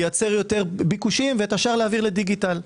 לייצר יותר ביקושים ואת השאר להעביר לדיגיטל.